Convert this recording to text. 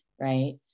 right